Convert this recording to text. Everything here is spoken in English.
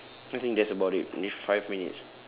I think that's about it only five minutes